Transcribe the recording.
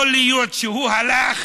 יכול להיות שהוא הלך